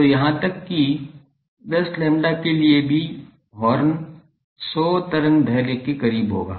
तो यहां तक कि 10 lambda के लिए भी हॉर्न 100 तरंग दैर्ध्य के करीब होगा